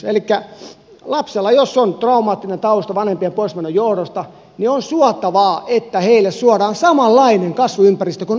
elikkä jos lapsella on traumaattinen tausta vanhempien poismenon johdosta niin on suotavaa että hänelle suodaan samanlainen kasvuympäristö kuin aiemmin oli